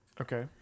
okay